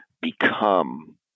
become